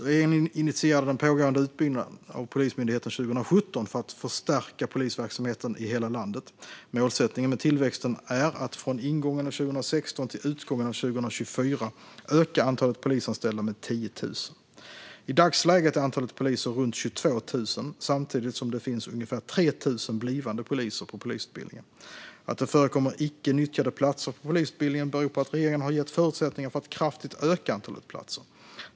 Regeringen initierade den pågående utbyggnaden av Polismyndigheten 2017 för att stärka polisverksamheten i hela landet. Målsättningen med tillväxten är att från ingången av 2016 till utgången av 2024 öka antalet polisanställda med 10 000. I dagsläget är antalet poliser runt 22 000 samtidigt som det finns ungefär 3 000 blivande poliser på polisutbildningen. Att det förekommer icke nyttjade platser på polisutbildningen beror på att regeringen har gett förutsättningar för att kraftigt öka antalet platser.